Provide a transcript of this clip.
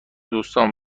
دوستام